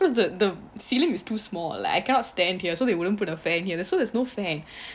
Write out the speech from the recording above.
cause the the ceiling is too small like I cannot stand here so we won't put a fan here so there's no fan